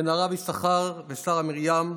בן הרב יששכר ושרה מרים,